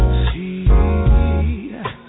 see